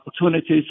opportunities